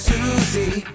Susie